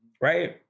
right